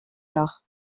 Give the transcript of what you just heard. nord